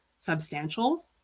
substantial